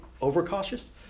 over-cautious